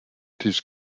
tisch